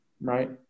Right